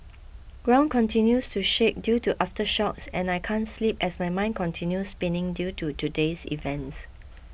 ground continues to shake due to aftershocks and I can't sleep as my mind continue spinning due to today's events